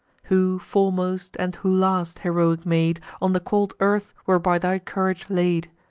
who foremost, and who last, heroic maid, on the cold earth were by thy courage laid?